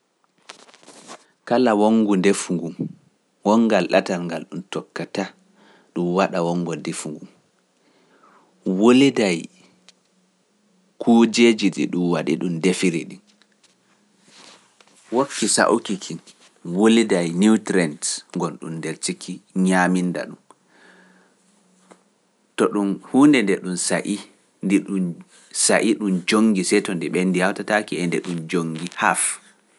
Kala wonngu ndefu ngu, wonngal ɗatal ngal ɗum tokkata, ɗum waɗa wonngo ndefu ngu, wulidaa kuujeji ɗi ɗam ndiyam